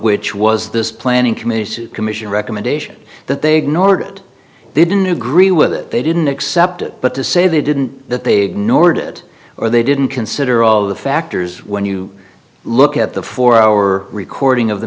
which was this planning commission commission recommendation that they ignored it didn't agree with it they didn't accept it but to say they didn't that they'd nor did it or they didn't consider all the factors when you look at the four hour recording of the